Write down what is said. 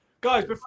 guys